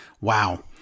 Wow